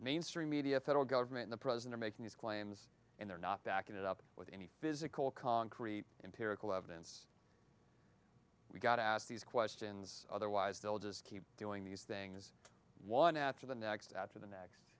mainstream media federal government the president are making these claims and they're not backing it up with any physical concrete imperial evidence we've got to ask these questions otherwise they'll just keep doing these things one after the next after the next